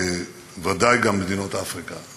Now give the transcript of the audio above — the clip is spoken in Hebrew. בוודאי גם מדינות אפריקה.